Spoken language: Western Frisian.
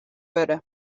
wurde